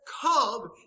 come